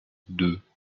deux